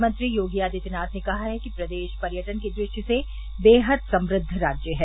मुख्यमंत्री योगी आदित्यनाथ ने कहा है कि प्रदेश पर्यटन की दृष्टि से बेहद समृद्द राज्य है